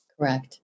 Correct